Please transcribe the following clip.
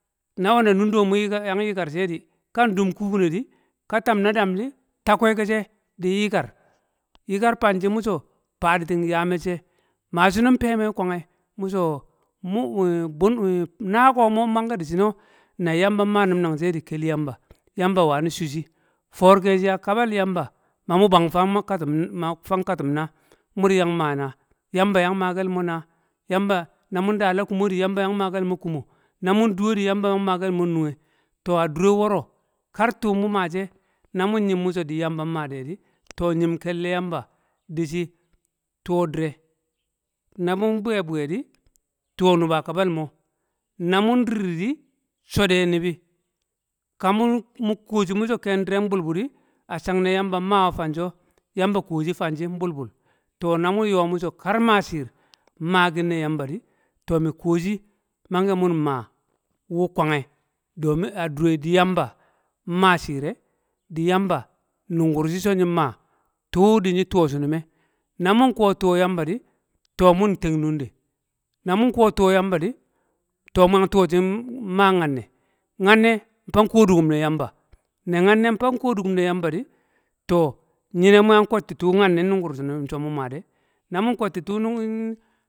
nan we na nunde mu yang yikar she di, kan dum kubine di, ka tam na damdi, ta kweke she din yikar, yikar fan shi mu so fan di ting yaa me̱cce̱. Ma shinum feme̱ bwang gyen mu so, mu- bu- na ko mu manke di shino̱, na nyumba nmu num nang she di, kel yamba, yamba wani cu shi. For keshi a kaba yamba mamu bwang fang katim naa, mu di yang ma naa, yamba, na mun daala kumo di, yamba yang makel mo kuma na mun duwe di yamba yang maa kelmo nun gke to, a dure woro kar tu mu ma she na mun yim mu so di yamba. nmadi di to nyim kelle yamba shi shi tuwo dire, na mun bwe bwiye di tuwo nwel kabar ma, na mun rirri di, sho̱n de nibi, ka mun- mu kuwo shi mu so ken dire bulbu di, a chang ne yamba nmawe fan shi o̱, yamba kuwo shi famshi nbul bul. to, na mun yo mu so, kar ma shiir, nmakin ne yamba di to mi kuwo shi, mange mu maa wu kwangyen domin a dure di yamba nmaa shiir e̱, yamba nu ngur shi so nyi ma tuu di nyi tuwo shi num ē, Na mun kowo tuwo yamba di to,, mun teng nunde, na mun kuwo tuwo yamba di, to, mu yang tuwo shin maa nyanne; Nyanne nfang kodukum ne yamba. Na nyanne nfang kodukum ne yamba di, to, nyine mu yang kwetti tu nyanne nnungur nin so mu maa de. na mun kwetti tu̱